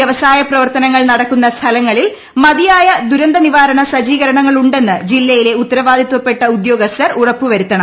വൃവസായ പ്രവർത്തനങ്ങൾ നടക്കുന്ന സ്ഥലങ്ങളിൽ മതിയായ ദുരന്ത നിവാരണ സജ്ജീകരണങ്ങളുണ്ടെന്ന് ജില്ലയിലെ ഉത്തരവാദിത്തപ്പെട്ട ഉദ്യോഗസ്ഥർ ഉറപ്പുവരുത്തണം